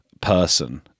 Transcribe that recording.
person